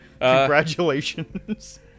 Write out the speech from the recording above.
Congratulations